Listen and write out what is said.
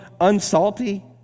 unsalty